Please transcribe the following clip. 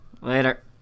Later